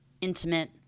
intimate